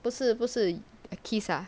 不是不是 kiss ah